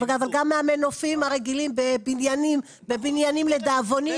אבל גם מהמנופים הרגילים בבניינים לדאבוני,